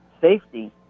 safety